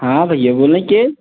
हाँ भैया बोलें के